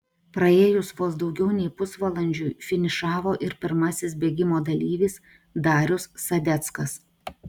praėjus vos daugiau nei pusvalandžiui finišavo ir pirmasis bėgimo dalyvis darius sadeckas